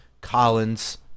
Collins